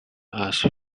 asked